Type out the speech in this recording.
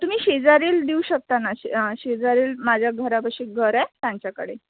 तुम्ही शेजारी देऊ शकता ना शि शेजारी माझ्या घरापाशी एक घर आहे त्यांच्याकडे